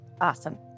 awesome